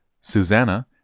Susanna